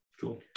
Cool